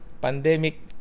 pandemic